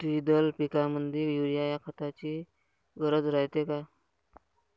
द्विदल पिकामंदी युरीया या खताची गरज रायते का?